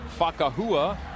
Fakahua